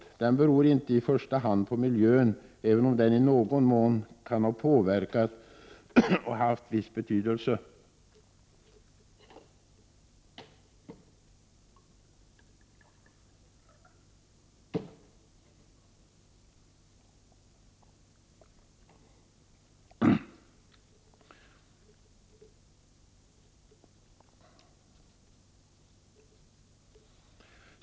Säldöden beror inte i första hand på miljön, även om den i någon mån kan ha påverkat och haft viss betydelse.